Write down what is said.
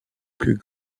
plus